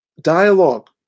dialogue